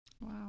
Wow